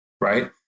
right